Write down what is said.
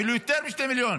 ואפילו יותר מ-2 מיליון,